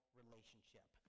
relationship